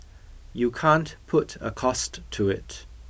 you can't put a cost to it